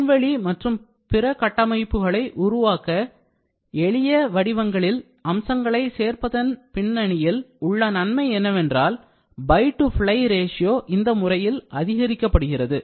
விண்வெளி மற்றும் பிற கட்டமைப்புகளை உருவாக்க எளிய வடிவங்களில் அம்சங்களைச் சேர்ப்பதன் பின்னணியில் உள்ள நன்மை என்னவென்றால் buy to fly ratio இந்த முறையால் அதிகரிக்கப்படுகிறது